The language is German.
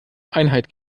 einhalt